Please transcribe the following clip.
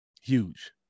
Huge